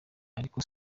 ariko